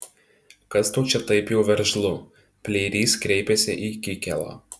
kas tau čia taip jau veržlu pleirys kreipėsi į kikėlą